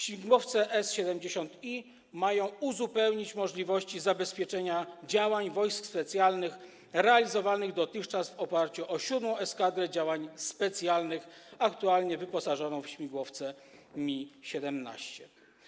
Śmigłowce S-70i mają uzupełnić możliwości zabezpieczenia działań Wojsk Specjalnych realizowanych dotychczas w oparciu o 7. Eskadrę Działań Specjalnych, aktualnie wyposażoną w śmigłowce Mi-17.